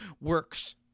works